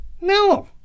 No